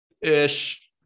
Ish